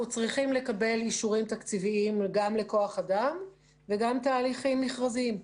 אנחנו צריכים לקבל אישורים תקציביים גם לכוח אדם וגם תהליכים מכרזיים.